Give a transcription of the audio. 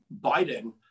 Biden